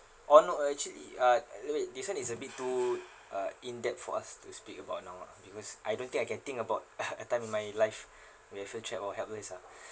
oh no uh actually it uh this [one] is a bit too uh in depth for us to speak about now lah because I don't think I can think about a time in my life where I feel trapped or helpless ah